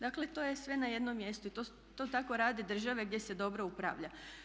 Dakle, to je sve na jednom mjestu i to tako rade države gdje se dobro upravlja.